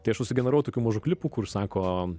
tai aš užsigeneravau tokių mažų klipų kur sako